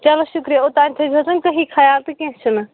چلو شُکریہ اوٚتانۍ تھٲے زیوٚس وۄنۍ تُہی خیال تہٕ کیٚنٛہہ چھُنہٕ